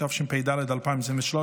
התשפ"ד 2023,